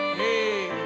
hey